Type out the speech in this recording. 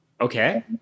okay